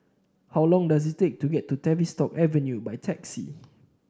how long does it take to get to Tavistock Avenue by taxi